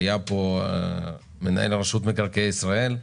היה פה מנהל רשות מקרקעי ישראל,